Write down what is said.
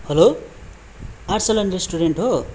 हलो Arsalan restaurant हो